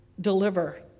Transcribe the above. deliver